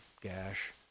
gash